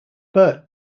bert